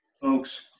folks